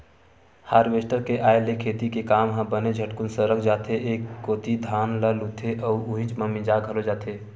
harvester के आय ले खेती के काम ह बने झटकुन सरक जाथे एक कोती धान ल लुथे अउ उहीच म मिंजा घलो जथे